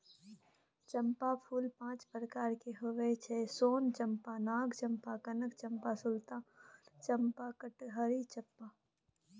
चंपाक फूल पांच प्रकारक होइ छै सोन चंपा, नाग चंपा, कनक चंपा, सुल्तान चंपा, कटहरी चंपा